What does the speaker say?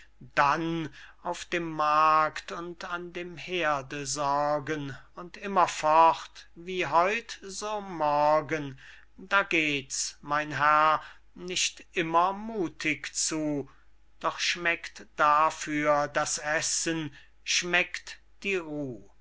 dann auf dem markt und an dem herde sorgen und immer fort wie heut so morgen da geht's mein herr nicht immer muthig zu doch schmeckt dafür das essen schmeckt die ruh